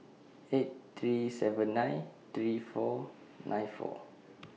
eight three seven nine three four nine four